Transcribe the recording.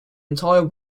entire